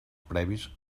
previs